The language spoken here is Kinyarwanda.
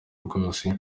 rwose